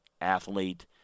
athlete